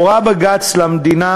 הורה בג"ץ למדינה